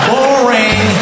Boring